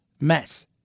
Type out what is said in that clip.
mess